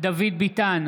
דוד ביטן,